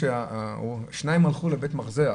שניים הלכו לבית מרזח